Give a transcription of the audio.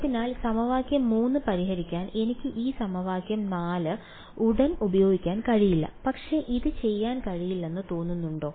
അതിനാൽ സമവാക്യം 3 പരിഹരിക്കാൻ എനിക്ക് ഈ സമവാക്യം 4 ഉടൻ ഉപയോഗിക്കാൻ കഴിയില്ല പക്ഷേ ഇത് ചെയ്യാൻ കഴിയില്ലെന്ന് തോന്നുന്നുണ്ടോ